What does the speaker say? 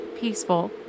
peaceful